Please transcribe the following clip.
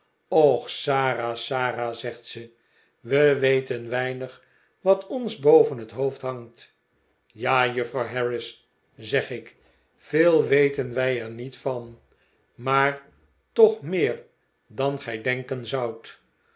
och sara sara zegt ze we weten weinig wat ons boven het hoofd hangt ja juffrouw harris zeg ik veel weten wij er niet van maar toch meer dan gi denken zoudt